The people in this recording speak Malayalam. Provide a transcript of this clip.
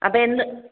അപ്പോൾ എന്ന്